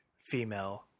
female